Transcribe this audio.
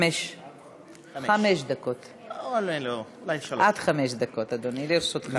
עד חמש דקות, אדוני, לרשותך.